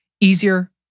easier